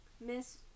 Miss